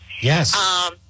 Yes